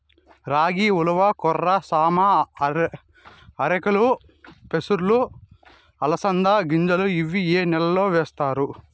రాగి, ఉలవ, కొర్ర, సామ, ఆర్కెలు, పెసలు, అలసంద గింజలు ఇవి ఏ నెలలో వేస్తారు?